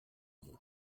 moins